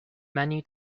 many